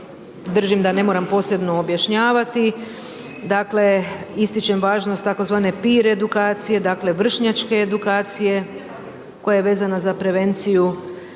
držim da ne moram posebno objašnjavati, dakle ističem važnost tzv. pir edukacije, dakle vršnjačke edukacije koja je vezana za prevenciju